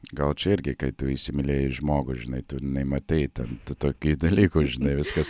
gal čia irgi kai tu įsimylėjai žmogų žinai tu nematei ten tokių dalykų žinai viskas